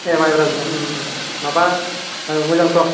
ए मायब्रा गोजा ओम ओम माबा ओ मोजांथ'